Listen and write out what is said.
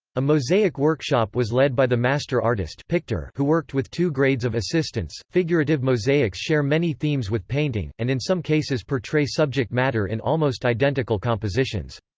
a mosaic workshop was led by the master artist who worked with two grades of assistants figurative mosaics share many themes with painting, and in some cases portray subject matter in almost identical compositions.